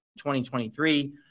2023